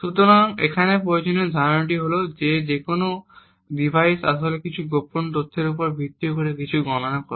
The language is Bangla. সুতরাং এখানে প্রয়োজনীয় ধারণাটি হল যে যখন কোনও ডিভাইস আসলে কিছু গোপন তথ্যের উপর ভিত্তি করে কিছু গণনা করে